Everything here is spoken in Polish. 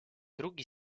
drugi